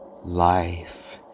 Life